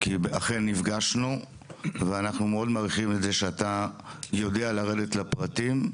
כי אכן נפגשנו ואנחנו מאוד מעריכים את זה שאתה יודע לרדת לפרטים.